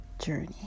journey